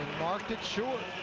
mark it short.